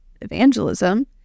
evangelism